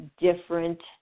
different